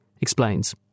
explains